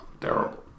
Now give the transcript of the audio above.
terrible